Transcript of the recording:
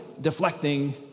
deflecting